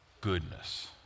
goodness